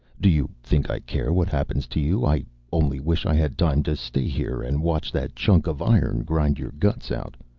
do you think i care what happens to you? i only wish i had time to stay here and watch that chunk of iron grind your guts out.